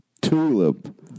Tulip